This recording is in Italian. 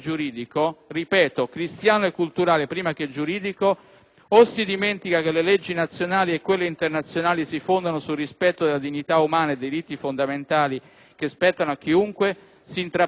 o si dimentica che le leggi nazionali e quelle internazionali si fondano sul rispetto della dignità umana e dei diritti fondamentali, che spettano a chiunque, si intraprende una strada sbagliata che può provocare disagi e proteste,